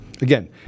Again